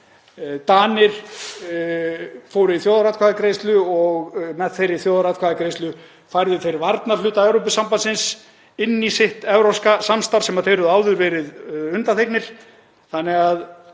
Danir fóru í þjóðaratkvæðagreiðslu og með þeirri þjóðaratkvæðagreiðslu færðu þeir varnarhluta Evrópusambandsins inn í sitt evrópska samstarf sem þeir höfðu áður verið undanþegnir,